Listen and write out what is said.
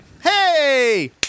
Hey